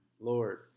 Lord